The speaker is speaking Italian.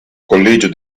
collegio